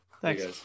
Thanks